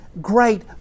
great